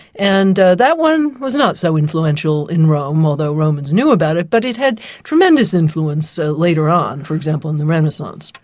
and that one was not so influential in rome, although romans knew about it, but it had tremendous influence so later on, for example in the renaissance.